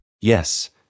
Yes